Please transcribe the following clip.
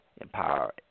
empower